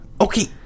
okay